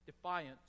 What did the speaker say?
defiance